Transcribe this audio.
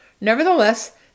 Nevertheless